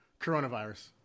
coronavirus